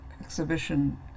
exhibition